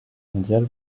mondiale